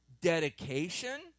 Dedication